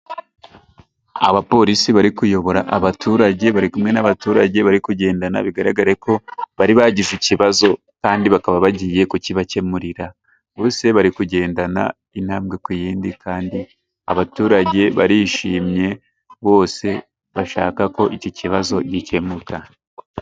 Abapolisi bari kuyobora abaturage ,bari kumwe n'abaturage bari kugendana bigaragareko bari bagize ikibazo kandi bakaba bagiye kukibakemurira, bose bari kugendana intambwe ku y'indi kandi abaturage barishimye bose bashakako iki kibazo gikemuka.